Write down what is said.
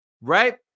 right